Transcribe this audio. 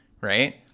right